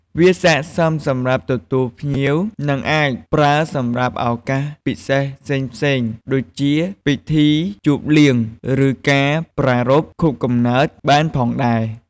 វាស័ក្ដិសមសម្រាប់ទទួលភ្ញៀវនិងអាចប្រើសម្រាប់ឱកាសពិសេសផ្សេងៗ ដូចជាពិធីជប់លៀង ឬការប្រារព្ធខួបកំណើតបានផងដែរ។